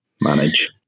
manage